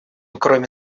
кроме